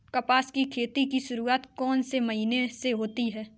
कपास की खेती की शुरुआत कौन से महीने से होती है?